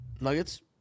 Nuggets